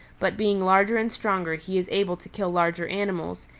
but being larger and stronger he is able to kill larger animals,